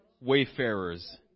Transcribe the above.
wayfarers